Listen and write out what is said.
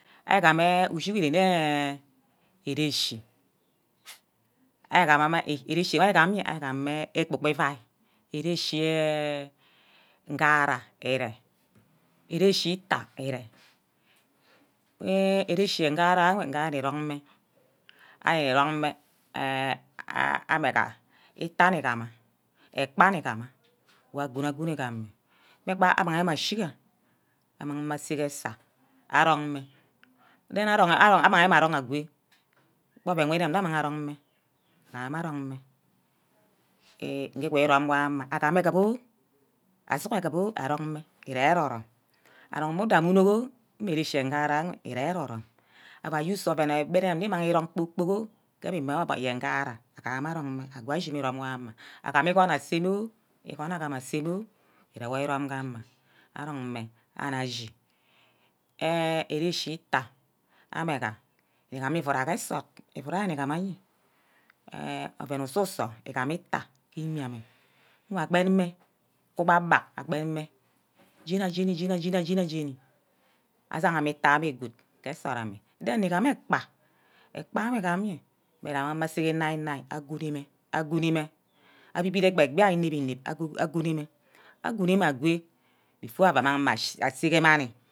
Arigami ushi wor irenne eh erechi, erechi wor ani gameh eh arigameh egbu-bu ivai, erechi eh ngara ere, erechi nta ee, enh erechi ngara wor, ngari irong mme arini-rong mme amega, ita nugama, ekpa nugama, wor aguno-gunor igam, mme gba amang mme ashi nna amang mme ase ke esai arong mme, then amang mme arong agwe gba oven wor irene amang mme arong mme, amang mme arong mme ige irum wor ga-ama, mme egib oh, asughor egib oh arong mme ere erorome, arong mme uda mme unok oh mme ere chi ngara enwe ere- erorome ava use oven wi irem mi imagi irong kpor-kpork ke wor ime aye ngara amang arong mme ago ashime irom ewor ga ama agam igun aseme oh igun agam aseme oh ire wor irome ga ama arong mme ana ashi enh erechi nta amega igam ivura ge nsort, ivura nnigama nye enh oven ususor igame ita ge imia- ame ngwa aben mme akuba biak agben mmeh jeni ajem, jeni ajemi jeni ajeni asuha ma ita wor gbe good ke nsort ame then igameh ekpa, ekpa wor igam meh abe nna amang mme ase ke ninai aguni mme, agunime agot before abbe amang mme ase ke manni.